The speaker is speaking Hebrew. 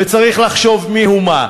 וצריך לחשוב מי הוא מה.